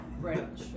right